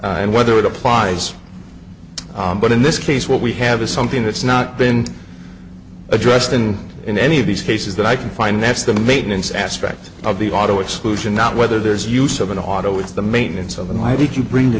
exclusion and whether it applies but in this case what we have is something that's not been addressed and in any of these cases that i can find that's the maintenance aspect of the auto exclusion not whether there's use of an auto it's the maintenance of the why did you bring the